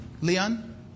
Leon